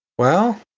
well,